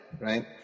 right